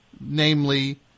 namely